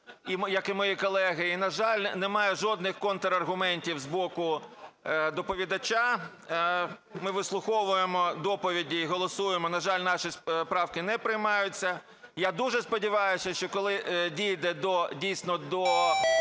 як і мої колеги, і, на жаль, не маю жодних контраргументів з боку доповідача. Ми вислуховуємо доповіді і голосуємо. На жаль, наші правки не приймаються. Я дуже сподіваюся, що коли дійде,